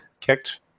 kicked